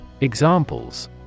Examples